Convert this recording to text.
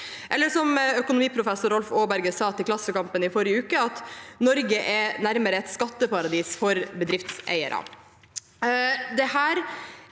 selv. Som økonomiprofessor Rolf Aaberge sa til Klassekampen i forrige uke: Norge er nærmest et skatteparadis for bedriftseierne.